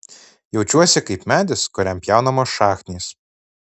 jaučiuosi kaip medis kuriam pjaunamos šaknys